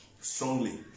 strongly